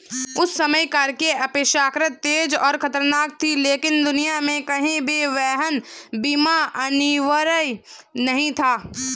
उस समय कारें अपेक्षाकृत तेज और खतरनाक थीं, लेकिन दुनिया में कहीं भी वाहन बीमा अनिवार्य नहीं था